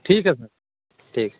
ठीक है सर ठीक